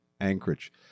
Anchorage